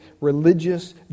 religious